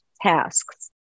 tasks